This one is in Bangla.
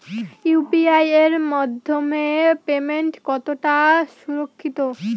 ইউ.পি.আই এর মাধ্যমে পেমেন্ট কতটা সুরক্ষিত?